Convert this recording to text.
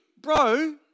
bro